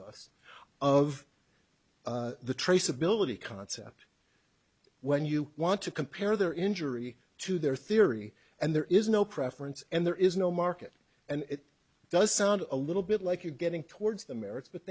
us of the traceability concept when you want to compare their injury to their theory and there is no preference and there is no market and it does sound a little bit like you're getting towards the merits but